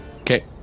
okay